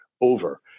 over